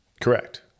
Correct